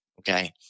Okay